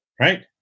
right